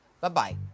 Bye-bye